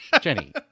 Jenny